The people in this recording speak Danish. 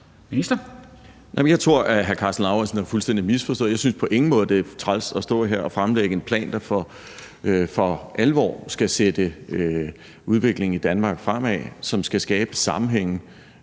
Jeg tror, at hr. Karsten Lauritzen har fuldstændig misforstået det. Jeg synes på ingen måde, det er træls at stå her og fremlægge en plan, der for alvor skal skubbe udviklingen i Danmark fremad, som skal skabe sammenhænge,